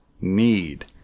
need